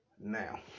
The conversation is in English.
Now